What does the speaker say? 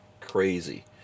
crazy